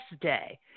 day